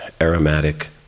aromatic